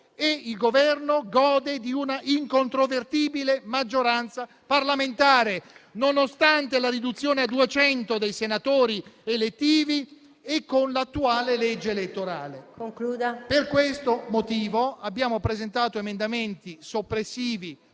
e il Governo gode di una incontrovertibile maggioranza parlamentare, nonostante la riduzione a 200 dei senatori elettivi e con l'attuale legge elettorale. Per questo motivo abbiamo presentato emendamenti soppressivi